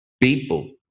people